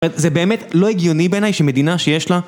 זה באמת לא הגיוני בעיניי שמדינה שיש לה